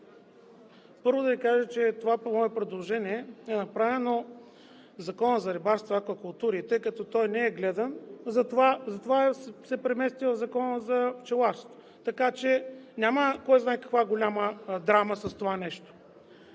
Първо да Ви кажа, че това мое предложение е направено в Закона за рибарството и аквакултурите, но той не е гледан, затова се премести в Закона за пчеларството. Така че няма кой знае каква драма с това нещо.